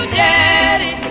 daddy